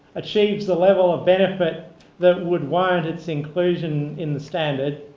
achieves the level of benefit that would warrant its inclusion in the standard,